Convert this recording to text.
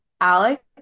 Alex